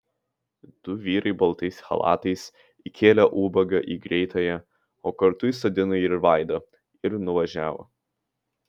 du vyrai baltais chalatais įkėlė ubagą į greitąją o kartu įsodino ir vaidą ir nuvažiavo